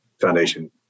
foundation